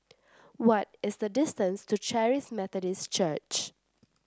what is the distance to Charis Methodist Church